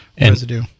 residue